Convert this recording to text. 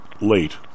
late